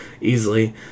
easily